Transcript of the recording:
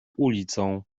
ulicą